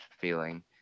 feeling